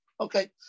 Okay